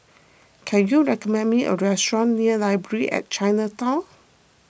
can you recommend me a restaurant near Library at Chinatown